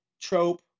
trope